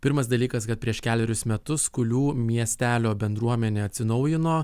pirmas dalykas kad prieš kelerius metus kulių miestelio bendruomenė atsinaujino